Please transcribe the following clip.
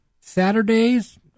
Saturdays